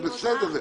זה בסדר,